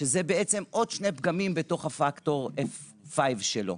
שזה בעצם עוד שני פגמים בתוך פקטור הפייב שלו.